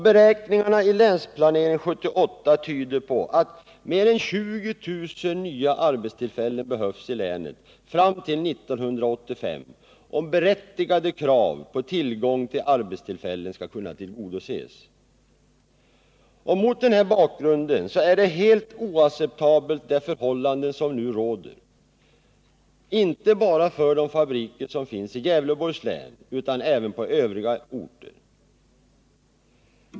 Beräkningar i länsplanering 1978 tyder på att mer än 20 000 nya arbetstillfällen behövs i länet fram till 1985, om berättigade krav på tillgång till arbetstillfällen skall kunna tillgodoses. Mot den här bakgrunden är det förhållande som nu råder helt oacceptabelt, inte bara för de fabriker som finns i Gävleborgs län utan även för fabrikerna på övriga orter.